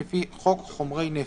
לפי חוק חומרי נפץ,